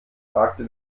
fragte